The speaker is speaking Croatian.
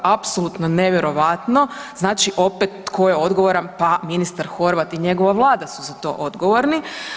Apsolutno nevjerojatno, znači opet tko je odgovoran, pa ministar Horvat i njegova Vlada su za to odgovorni.